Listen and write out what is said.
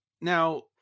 now